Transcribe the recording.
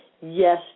yes